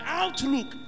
outlook